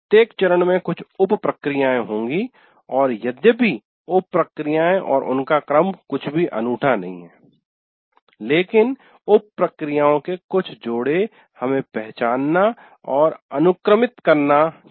प्रत्येक चरण में कुछ उप प्रक्रियाएँ होंगी और यद्यपि उप प्रक्रियाएँ और उनका क्रम कुछ भी अनूठा नहीं है लेकिन उप प्रक्रियाओं के कुछ जोड़े हमें पहचानना और अनुक्रमित करना चाहिए